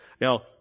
Now